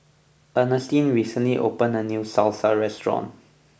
Earnestine recently opened a new Salsa restaurant